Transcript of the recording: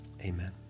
amen